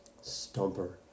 Stumper